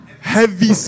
Heavy